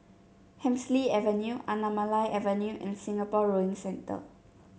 Hemsley Avenue Anamalai Avenue and Singapore Rowing Centre